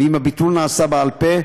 ואם הביטול נעשה בעל פה,